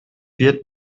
wird